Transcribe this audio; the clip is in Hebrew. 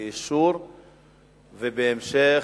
ובהמשך,